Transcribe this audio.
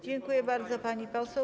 Dziękuję bardzo, pani poseł.